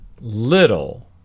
little